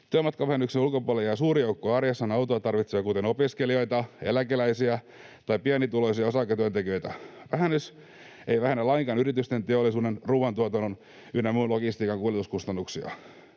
Työmatkavähennyksen ulkopuolelle jää suuri joukko arjessaan autoa tarvitsevia, kuten opiskelijoita, eläkeläisiä tai pienituloisia osa-aikatyöntekijöitä. Vähennys ei vähennä lainkaan yritysten, teollisuuden, ruuantuotannon ynnä muun logistiikan kuljetuskustannuksia.